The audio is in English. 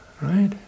right